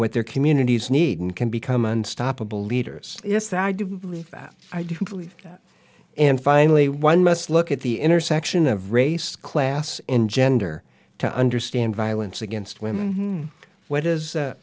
what their communities need and can become unstoppable leaders yes i do believe that i do believe that and finally one must look at the intersection of race class and gender to understand violence against women what is